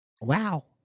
wow